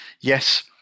yes